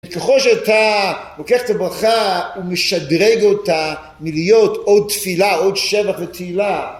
ככל שאתה לוקח את הברכה ומשדרג אותה מלהיות עוד תפילה, עוד שבח ותהילה.